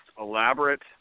elaborate